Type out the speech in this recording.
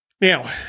Now